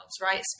right